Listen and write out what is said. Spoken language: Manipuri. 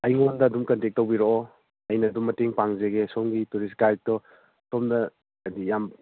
ꯑꯩꯉꯣꯟꯗ ꯑꯗꯨꯝ ꯀꯟꯇꯦꯛ ꯇꯧꯕꯤꯔꯛꯑꯣ ꯑꯩꯅ ꯑꯗꯨꯝ ꯃꯇꯦꯡ ꯄꯥꯡꯖꯒꯦ ꯁꯣꯝꯒꯤ ꯇꯨꯔꯤꯁ ꯒꯥꯏꯗꯇꯣ ꯁꯣꯝꯗ ꯍꯥꯏꯗꯤ ꯌꯥꯝ